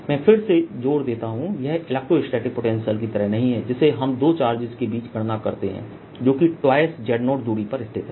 मैं फिर से जोर देता हूं यह इलेक्ट्रोस्टैटिक पोटेंशियल की तरह नहीं है जिसे हम दो चार्जिज़ के बीच गणना करते हैं जोकि 2Z0दूरी पर स्थित है